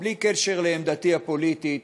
בלי קשר לעמדתי הפוליטית,